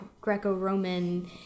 Greco-Roman